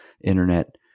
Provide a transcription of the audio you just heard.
internet